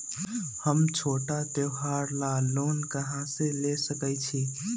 हम छोटा त्योहार ला लोन कहां से ले सकई छी?